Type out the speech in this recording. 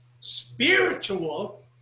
spiritual